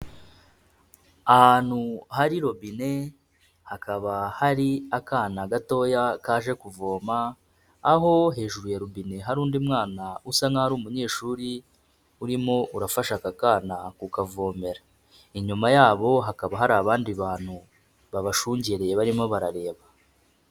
Ahantu hari robine, hakaba hari akana gatoya kaje kuvoma, aho hejuru ya robine hari undi mwana usa nk'aho ari umunyeshuri urimo urafasha aka kana kukavomera. Inyuma yabo hakaba hari abandi bantu, babashungereye barimo barareba.